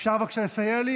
אפשר בבקשה לסייע לי?